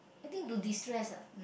I think to destress ah